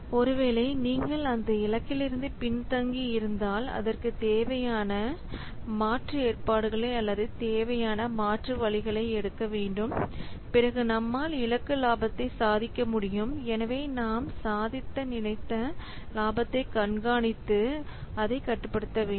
ஒருவேளை நீங்கள் அந்த இலக்கிலிருந்து பின்தங்கி இருந்தால் அதற்கு தேவையான மாற்று ஏற்பாடுகளை அல்லது தேவையான மாற்று வழிகளை எடுக்க வேண்டும் பிறகு நம்மால் இலக்கு லாபத்தை சாதிக்க முடியும் நாம் சாதிக்க நினைத்த லாபத்தை கண்காணித்து அதை கட்டுப்படுத்த வேண்டும்